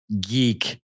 geek